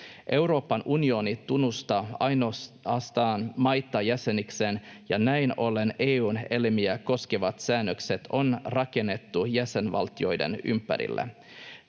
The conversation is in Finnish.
Euroopan unioni tunnustaa jäsenikseen ainoastaan maita, ja näin ollen EU:n elimiä koskevat säännökset on rakennettu jäsenvaltioiden ympärille.